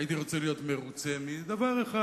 הייתי רוצה להיות מרוצה מדבר אחד,